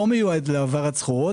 לא מיועד להעברת סחורות